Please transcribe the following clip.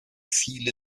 viele